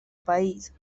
país